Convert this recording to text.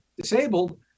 disabled